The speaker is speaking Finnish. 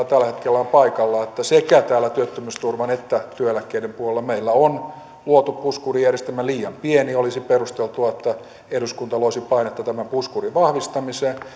tällä hetkellä ovat paikalla eli meillä sekä työttömyysturvan että työeläkkeiden puolella on luotu puskurijärjestelmä liian pieni olisi perusteltua että eduskunta loisi painetta tämän puskurin vahvistamiseen